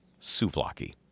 souvlaki